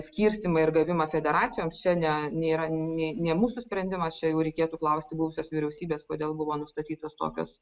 skirstymą ir gavimą federacijoms čia ne nėra nė ne mūsų sprendimas čia jau reikėtų klausti buvusios vyriausybės kodėl buvo nustatytos tokios